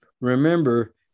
Remember